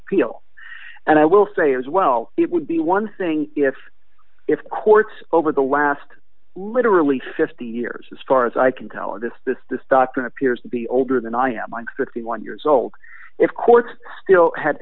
appeal and i will say as well it would be one thing if if the court over the last literally fifty years as far as i can tell this this this doctrine appears to be older than i am i'm sixty one years old if courts still had